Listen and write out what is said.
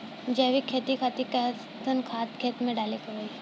जैविक खेती खातिर कैसन खाद खेत मे डाले के होई?